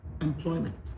employment